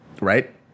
right